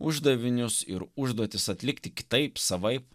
uždavinius ir užduotis atlikti kitaip savaip